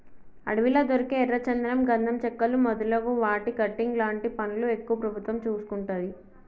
అడవిలా దొరికే ఎర్ర చందనం గంధం చెక్కలు మొదలు వాటి కటింగ్ లాంటి పనులు ఎక్కువ ప్రభుత్వం చూసుకుంటది